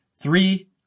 Three